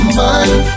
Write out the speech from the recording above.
mind